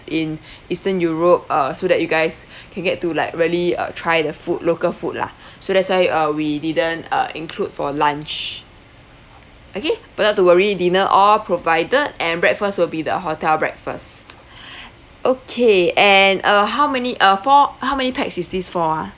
in eastern europe uh so that you guys can get to like really uh try the food local food lah so that's why uh we didn't uh include for lunch okay but not to worry dinner all provided and breakfast will be the hotel breakfast okay and uh how many uh for how many pax is this for ah